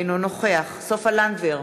אינו נוכח סופה לנדבר,